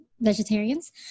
vegetarians